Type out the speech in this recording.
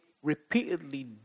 Repeatedly